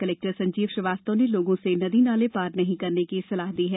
collector Sanjeev Shrivastava ने लोगों से नदी नाले पार नहीं करने की सलाह दी है